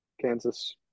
Kansas